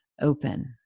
open